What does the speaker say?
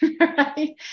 right